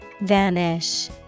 Vanish